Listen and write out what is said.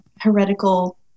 heretical